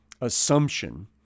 assumption